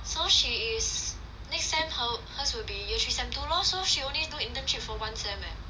so she is next sem her hers would be year three sem two lor so she only do internship for one sem eh